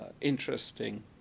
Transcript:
interesting